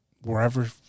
wherever